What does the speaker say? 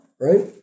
Right